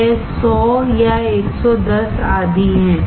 यह 100 या 110 आदि है